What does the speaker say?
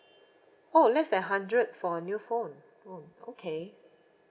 oh less than hundred for a new phone oh okay